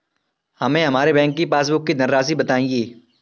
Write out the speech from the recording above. हमें हमारे बैंक की पासबुक की धन राशि बताइए